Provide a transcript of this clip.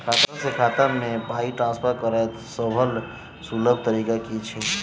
खाता सँ दोसर खाता मे पाई ट्रान्सफर करैक सभसँ सुलभ तरीका की छी?